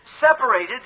separated